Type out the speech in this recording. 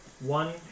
one